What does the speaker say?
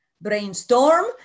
brainstorm